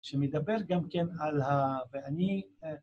שמדבר גם כן על ה... ואני...